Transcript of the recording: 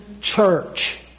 church